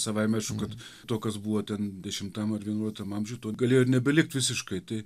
savaime aišku kad to kas buvo ten dešimtam ar vienuoliktam amžiuj to galėjo nebelikt visiškai tai